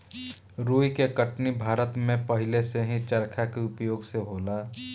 रुई के कटनी भारत में पहिलेही से चरखा के उपयोग से होला